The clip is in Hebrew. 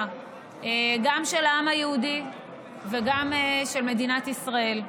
גם של העם היהודי וגם של מדינת ישראל,